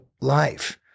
life